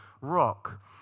rock